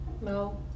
No